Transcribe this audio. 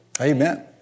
Amen